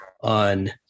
on